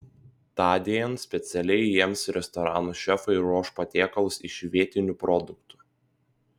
tądien specialiai jiems restoranų šefai ruoš patiekalus iš vietinių produktų